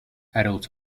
adults